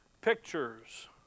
pictures